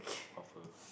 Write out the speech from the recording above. of her